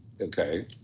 Okay